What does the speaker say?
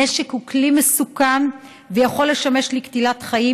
נשק הוא כלי מסוכן ויכול לשמש לקטילת חיים,